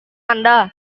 anda